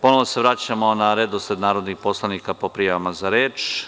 Ponovo se vraćamo na redosled narodnih poslanika po prijavama za reč.